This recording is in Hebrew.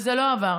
והיא לא עברה.